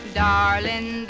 darling